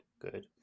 good